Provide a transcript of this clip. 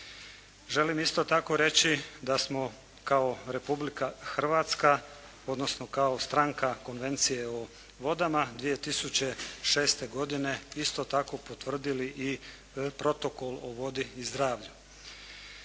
Želim isto tako reći da smo kao Republika Hrvatska odnosno kao stranka Konvencije o vodama 2006. godine isto tako potvrdili i Protokol o vodi i zdravlju.